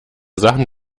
sachen